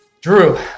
Drew